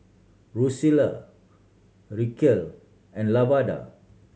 Julisa Racquel and Lavada